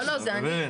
לא, לא, זה אני.